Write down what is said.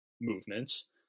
movements